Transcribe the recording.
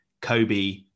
Kobe